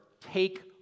take